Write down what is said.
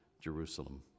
Jerusalem